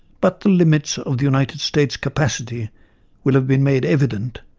but the limits of the united states' capacity will have been made evident,